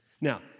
Now